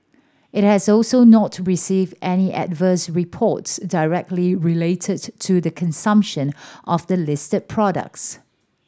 it has also not received any adverse reports directly related to the consumption of the listed products